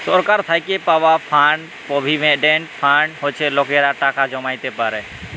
সরকার থ্যাইকে পাউয়া fund provident fund হছে লকেরা টাকা জ্যমাইতে পারে